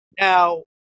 Now